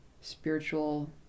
spiritual